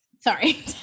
sorry